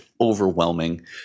overwhelming